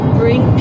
bring